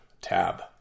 tab